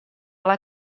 alla